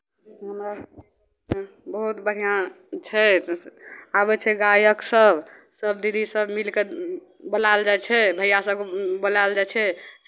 एमहर बहुत बढ़िआँ छै आबै छै गायकसभ सभ दीदीसभ मिलि कऽ बुलायल जाइ छै भैयासभ बुलायल जाइ छै